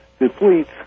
depletes